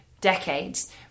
decades